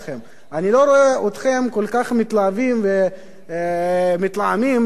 אני לא רואה אתכם כל כך מתלהבים ומתלהמים מהסוגיה של